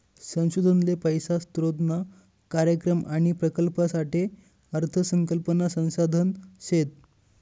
संशोधन ले पैसा स्रोतना कार्यक्रम आणि प्रकल्पसाठे अर्थ संकल्पना संसाधन शेत